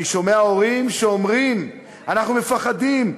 אני שומע הורים שאומרים: אנחנו מפחדים.